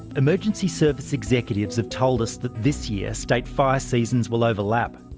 emergency service executives have told us that this year, state fire seasons will overlap.